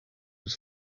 was